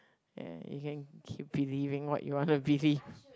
eh you can keep believing what you want to believe